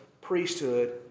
priesthood